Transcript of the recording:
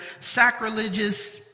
sacrilegious